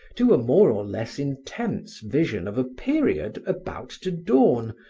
to a more or less intense vision of a period about to dawn,